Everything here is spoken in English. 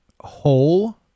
hole